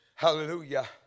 Hallelujah